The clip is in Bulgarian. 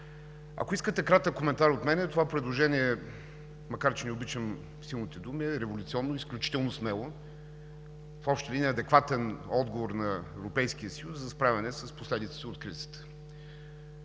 Ако искате кратък коментар от мен, това предложение, макар че не обичам силните думи, е революционно, изключително смело, в общи линии адекватен отговор на Европейския съюз за справяне с последиците от кризата.